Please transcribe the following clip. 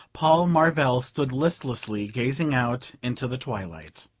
paul marvell stood listlessly gazing out into the twilight.